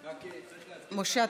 משה,